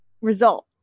result